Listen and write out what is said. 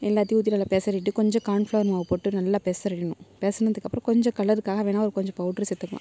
எல்லாத்தையும் ஊற்றி நல்லா பெசரிவிட்டு கொஞ்சம் கார்ன் ஃபிளவர் மாவு போட்டு நல்லா பெசரிடணும் பெசரினதுக்கு அப்புறம் கொஞ்சம் கலருக்காக வேணால் ஒரு கொஞ்சம் பவுட்ரு சேர்த்துக்கலாம்